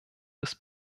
des